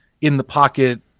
in-the-pocket